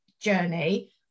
journey